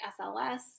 SLS